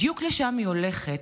בדיוק לשם היא הולכת,